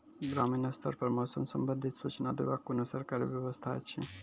ग्रामीण स्तर पर मौसम संबंधित सूचना देवाक कुनू सरकारी व्यवस्था ऐछि?